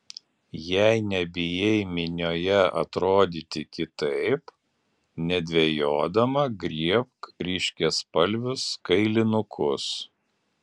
jei nebijai minioje atrodyti kitaip nedvejodama griebk ryškiaspalvius kailinukus